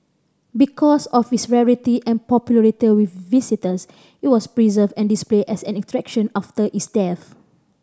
because of its rarity and popularity with visitors it was preserved and displayed as an attraction after its death